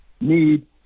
need